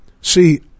See